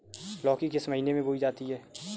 लौकी किस महीने में बोई जाती है?